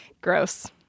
Gross